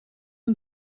aan